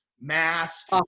mask